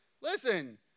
Listen